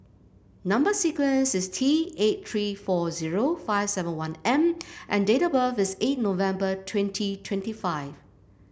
number sequence is T eight three four zero five seven one M and date of birth is eight November twenty twenty five